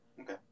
Okay